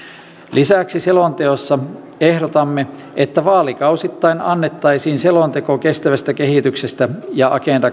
lisäksi selonteossa ehdotamme että vaalikausittain annettaisiin selonteko kestävästä kehityksestä ja